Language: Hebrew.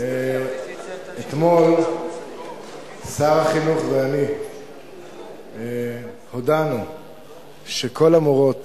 אתמול שר החינוך ואני הודענו שכל המורות